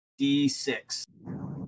D6